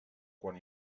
quan